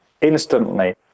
instantly